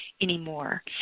anymore